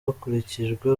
hakurikijwe